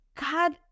God